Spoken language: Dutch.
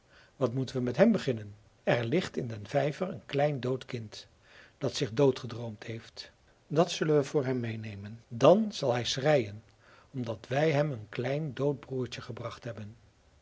wat moeten we met hem beginnen er ligt in den vijver een klein dood kind dat zich dood gedroomd heeft dat zullen we voor hem meenemen dan zal hij schreien omdat wij hem een klein dood broertje gebracht hebben